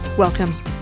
Welcome